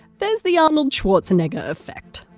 there's the arnold schwarzenegger effect.